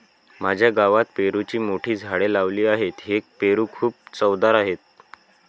माझ्या गावात पेरूची मोठी झाडे लावली आहेत, हे पेरू खूप चवदार आहेत